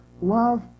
love